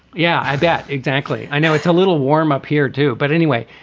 yeah, i bet. exactly. i know it's a little warm up here, too, but anyway,